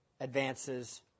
advances